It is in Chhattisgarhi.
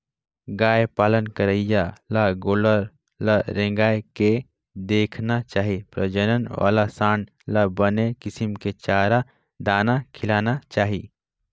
गाय पालन करइया ल गोल्लर ल रेंगाय के देखना चाही प्रजनन वाला सांड ल बने किसम के चारा, दाना खिलाना चाही